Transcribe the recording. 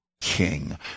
king